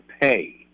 pay